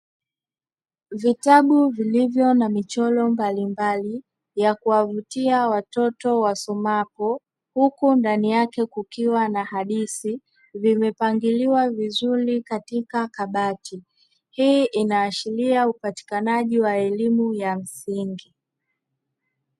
Vitabu vilivyo na michoro mbalimbali ya kuwavutia watoto wasomapo, huku ndani yake kukiwa na hadithi zimepangiliwa vizuri katika kabati. Hii inaashiria upatikanaji wa elimu ya msingi.